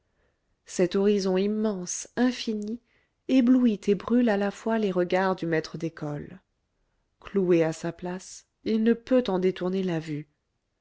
cet horizon immense infini éblouit et brûle à la fois les regards du maître d'école cloué à sa place il ne peut en détourner la vue